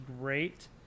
great